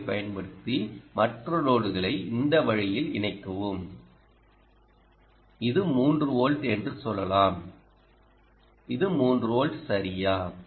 ஓவைப் பயன்படுத்தி மற்ற லோடுகளை இந்த வழியில் இணைக்கவும் இது 3 வோல்ட் என்று சொல்லலாம் இது 3 வோல்ட் சரியா